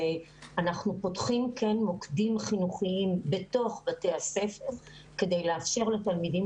אנחנו כן פותחים מוקדים חינוכיים בתוך בתי הספר כדי לאפשר לתלמידים